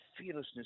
fearlessness